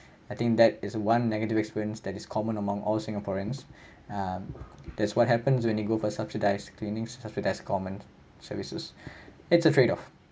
I think that is one negative experience that is common among all singaporeans um that's what happens when you go for subsidized clinics subsidized common services it's a trade off